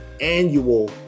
annual